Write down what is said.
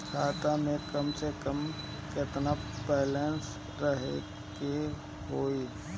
खाता में कम से कम केतना बैलेंस रखे के होईं?